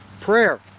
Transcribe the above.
prayer